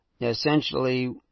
Essentially